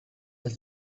that